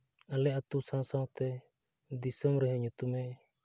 ᱟᱞᱮ ᱟᱹᱛᱩ ᱥᱟᱶ ᱥᱟᱶᱛᱮ ᱫᱤᱥᱚᱢ ᱨᱮᱦᱚᱸ ᱧᱩᱛᱩᱢᱮ